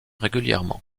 régulièrement